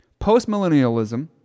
Postmillennialism